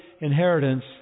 inheritance